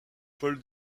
paul